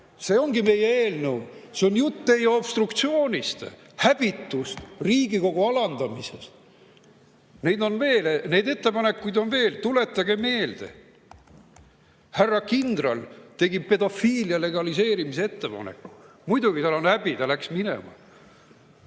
See ongi meie eelnõu. See on jutt teie obstruktsioonist, häbitust Riigikogu alandamisest. Neid ettepanekuid on veel, tuletage meelde. Härra kindral tegi pedofiilia legaliseerimise ettepaneku. Muidugi tal on häbi, ta läks minema.